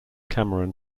cameron